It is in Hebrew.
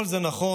כל זה נכון,